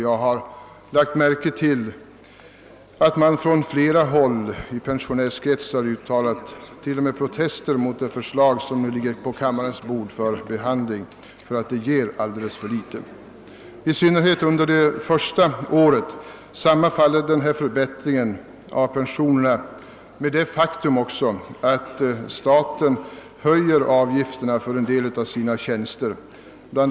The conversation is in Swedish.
Jag har lagt märke till att man på flera håll inom pensionärskretsar uttalat protester mot det förslag som nu ligger på kammarens bord för behandling, därför att det ger alldeles för litet. Denna förbättring av folkpensionen sammanfaller särskilt under det första året med att staten höjer avgifterna för en del av sina tjäns ter. Bl.